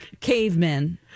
cavemen